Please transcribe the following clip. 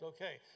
Okay